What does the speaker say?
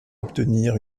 obtenir